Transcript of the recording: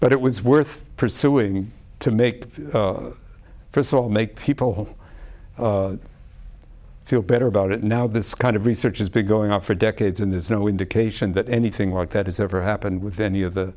but it was worth pursuing to make first of all make people feel better about it now this kind of research has been going on for decades and there's no indication that anything like that has ever happened with any of the